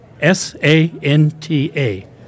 S-A-N-T-A